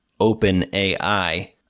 OpenAI